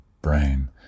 brain